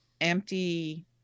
empty